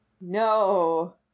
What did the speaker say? No